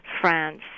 France